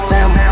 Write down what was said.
Sam